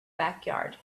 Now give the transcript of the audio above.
backyard